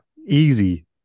easy